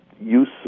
use